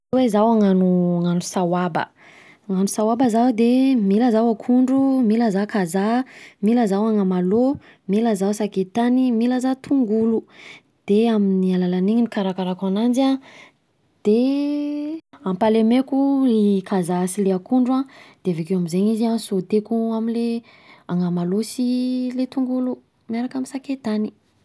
Ohatra hoe zaho hagnano saoaba: hagnano saoaba za de: mila zaho akondro, mila zaho kazaha, mia zaho anamalao, mila zaho sakaitany, mila zaho tongolo, de amin'ny alalan'iny no hikarakarako ananjy an, de ampalemeko ny kazaha sy le akondro an, de avekeo am'zegny izy an sôteko amle anamalao sy le tongolo miaraka amin'ny sakay tany.